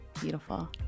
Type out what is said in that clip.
beautiful